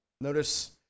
notice